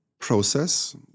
process